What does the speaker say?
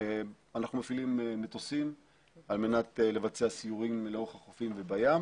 אנחנו מפעילים מטובים על מנת לבצע סיורים לאורך החופים ובים.